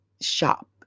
shop